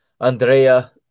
Andrea